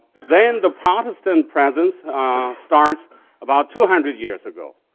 then the protestant presence ah starts about two hundred years ago.